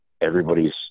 everybody's